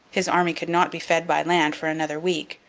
his army could not be fed by land for another week.